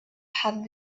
had